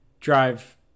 drive